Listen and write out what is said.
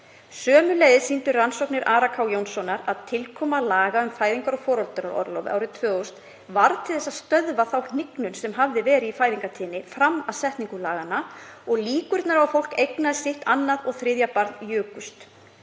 Sömuleiðis sýndi rannsókn Ara K. Jónssonar að tilkoma laga um fæðingar- og foreldraorlof árið 2000 varð til að stöðva þá hnignun sem hafði verið í fæðingartíðni fram að setningu laganna og líkurnar á að fólk eignaðist sitt annað og þriðja barn jukust.